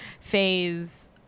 phase